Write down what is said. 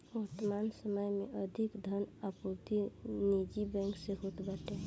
वर्तमान समय में अधिका धन आपूर्ति निजी बैंक से होत बाटे